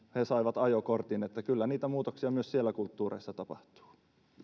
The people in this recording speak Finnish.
he saivat ajokortin niin että kyllä niitä muutoksia myös siellä kulttuureissa tapahtuu